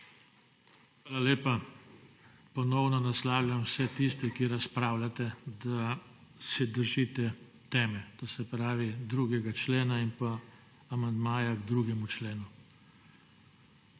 Hvala lepa. Ponovno naslavljam vse tiste, ki razpravljate, da se držite teme, se pravi 2. člena in pa amandmaja k 2. členu.